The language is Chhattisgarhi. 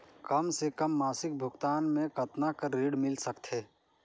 कम से कम मासिक भुगतान मे कतना कर ऋण मिल सकथे?